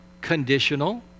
conditional